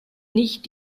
nicht